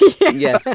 Yes